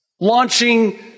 launching